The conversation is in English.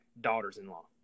daughters-in-law